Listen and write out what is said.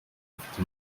bafite